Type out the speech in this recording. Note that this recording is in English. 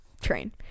train